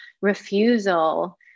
refusal